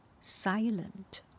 silent